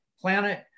planet